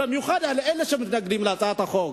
במיוחד על אלה שמתנגדים להצעת החוק.